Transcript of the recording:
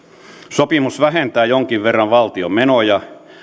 sopimus vähentää jonkin verran valtion menoja